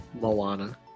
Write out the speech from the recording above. Moana